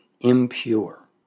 impure